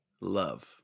love